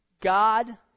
God